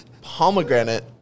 pomegranate